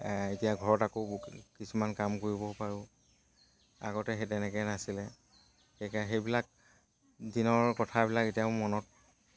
সেইকা এতিয়া ঘৰত আকৌ কিছুমান কাম কৰিব পাৰোঁ আগতে সেই তেনেকৈ নাছিলে সেইবিলাক দিনৰ কথাবিলাক এতিয়া মোৰ মনত